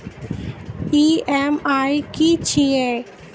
EMI की छिये?